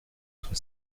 être